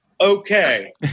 okay